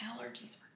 allergies